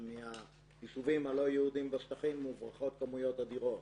מהיישובים הלא יהודיים בשטחים מוברחות כמויות אדירות.